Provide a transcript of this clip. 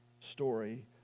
story